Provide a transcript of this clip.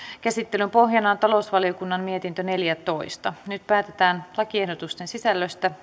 käsittelyn pohjana on talousvaliokunnan mietintö neljätoista nyt päätetään lakiehdotusten sisällöstä